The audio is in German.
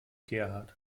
gerhard